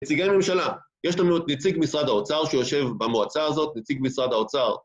נציגי ממשלה, יש לנו את נציג משרד האוצר שיושב במועצה הזאת, נציג משרד האוצר